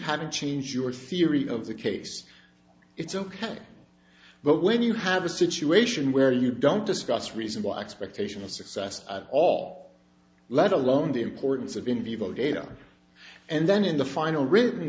haven't changed your theory of the case it's ok but when you have a situation where you don't discuss reasonable expectation of success at all let alone the importance of in vivo data and then in the final written